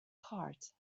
heart